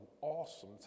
awesome